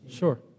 Sure